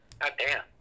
Goddamn